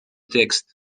text